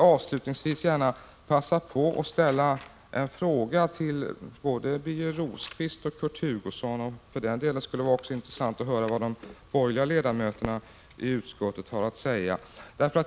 Avslutningsvis vill jag passa på att ställa en fråga till Birger Rosqvist och Kurt Hugosson — det skulle för den delen vara intressant att höra även vad de borgerliga ledamöterna i utskottet har att säga.